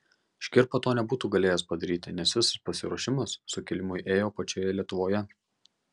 škirpa to nebūtų galėjęs padaryti nes visas pasiruošimas sukilimui ėjo pačioje lietuvoje